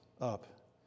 up